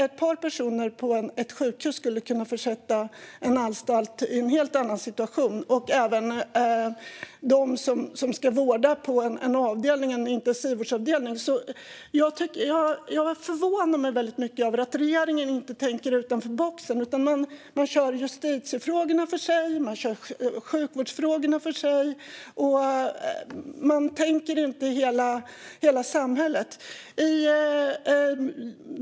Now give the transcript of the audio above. Ett par personer på ett sjukhus skulle kunna försätta en anstalt i en helt annan situation, och det gäller även dem som ska vårda på en intensivvårdsavdelning. Det förvånar mig väldigt mycket att regeringen inte tänker utanför boxen. Man kör justitiefrågorna för sig och sjukvårdsfrågorna för sig - man tänker inte på hela samhället.